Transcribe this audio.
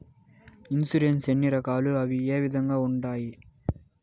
insurance ఎన్ని రకాలు అవి ఏ విధంగా ఉండాయి